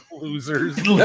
losers